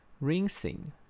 Rinsing